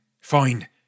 fine